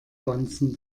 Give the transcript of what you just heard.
bonzen